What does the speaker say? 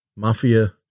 Mafia